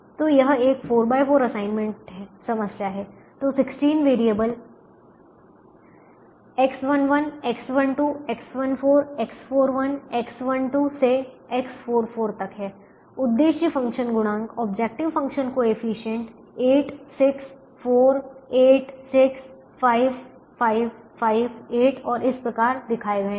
तो यह एक 44 असाइनमेंट समस्या है तो 16 variable X11 X12 X14 X41 X12 से X44 तक हैं उद्देश्य फ़ंक्शन गुणांक ऑब्जेक्टिव फंक्शन कॉएफिशिएंट 8 6 4 8 6 5 5 5 8 और इस प्रकार दिखाए गए हैं